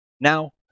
Now